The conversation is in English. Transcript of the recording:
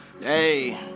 Hey